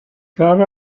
got